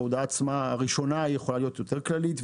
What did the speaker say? ההודעה הראשונה עצמה יכולה להיות יותר כללית,